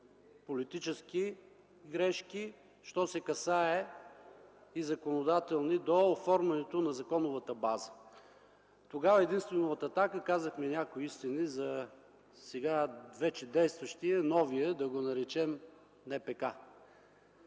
законодателни грешки, що се касае до оформянето на законовата база. Тогава единствено от „Атака” казахме някои истини за сега вече действащия, новия, да го наречем НПК.